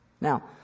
Now